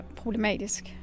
problematisk